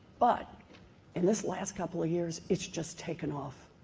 but in this last couple of years, it's just taken off,